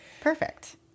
Perfect